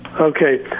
Okay